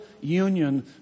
union